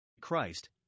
Christ